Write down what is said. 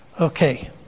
Okay